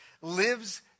lives